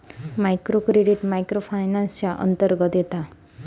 micro credit micro finance च्या अंतर्गत येता